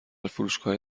فروشگاههای